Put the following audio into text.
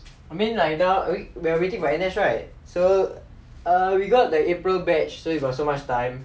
I mean like now we're waiting for N_S right so err we got the april batch so we got so much time